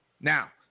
Now